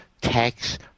tax